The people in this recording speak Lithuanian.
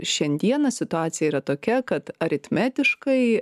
šiandieną situacija yra tokia kad aritmetiškai